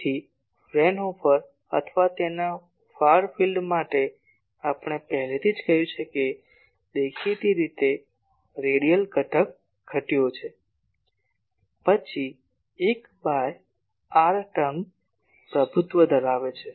તેથી ફ્રેઅનહોફર અથવા ત્યાંના ફાર ફિલ્ડ માટે આપણે પહેલેથી જ કહ્યું છે કે દેખીતી રીતે રેડિયલ ઘટક ઘટ્યો છે પછી 1 બાય r ટર્મ પ્રભુત્વ ધરાવે છે